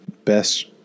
best